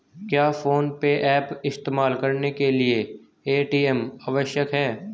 क्या PhonePe app इस्तेमाल करने के लिए ए.टी.एम आवश्यक है?